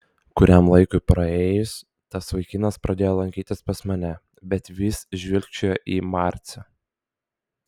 kuriam laikui praėjus tas vaikinas pradėjo lankytis pas mane bet vis žvilgčiojo į marcę